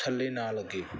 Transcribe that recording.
ਥੱਲੇ ਨਾ ਲੱਗੇ